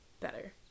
better